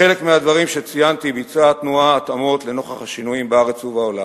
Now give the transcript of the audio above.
בחלק מהדברים שציינתי ביצעה התנועה התאמות לנוכח השינויים בארץ ובעולם.